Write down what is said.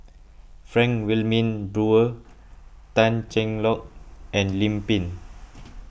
Frank Wilmin Brewer Tan Cheng Lock and Lim Pin